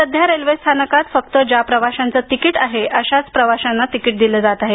सध्या रेल्वे स्थानकात फक्त ज्या प्रवाशांचे तिकीट आहे अशाच प्रवाशांना तिकीट दिल जात आहे